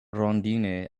rondine